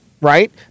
right